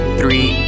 three